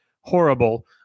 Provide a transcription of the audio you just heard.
horrible